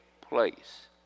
place